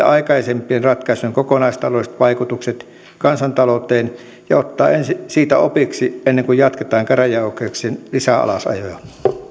aikaisempien ratkaisujen kokonaistaloudelliset vaikutukset kansantalouteen ja ottaa ensin siitä opiksi ennen kuin jatketaan käräjäoikeuksien lisäalasajoja